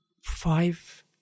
five